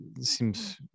seems